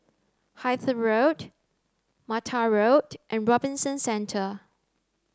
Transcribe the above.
Hythe Road Mattar Road and Robinson Centre